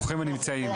ברוכים הנמצאים,